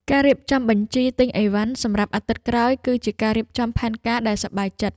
ការរៀបចំបញ្ជីទិញអីវ៉ាន់សម្រាប់អាទិត្យក្រោយ គឺជាការរៀបចំផែនការដែលសប្បាយចិត្ត។